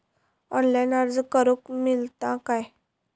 Online अर्ज करूक मेलता काय?